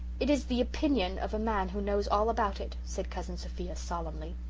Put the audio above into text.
it is the opinion of a man who knows all about it, said cousin sophia solemnly.